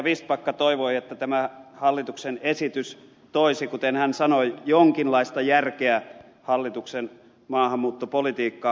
vistbacka toivoi että tämä hallituksen esitys toisi kuten hän sanoi jonkinlaista järkeä hallituksen maahanmuuttopolitiikkaan